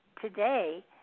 today